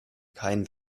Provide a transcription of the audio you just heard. kein